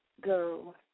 go